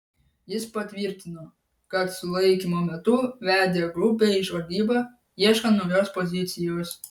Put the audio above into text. jis patvirtino kad sulaikymo metu vedė grupę į žvalgybą ieškant naujos pozicijos